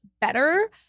better